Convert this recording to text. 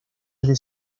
desde